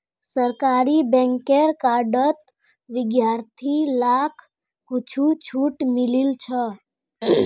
सरकारी बैंकेर कार्डत विद्यार्थि लाक कुछु छूट मिलील छ